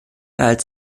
als